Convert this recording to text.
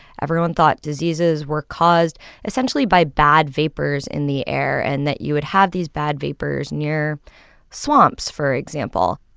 everyone thought diseases were caused essentially by bad vapors in the air and that you would have these bad vapors near swamps, for example.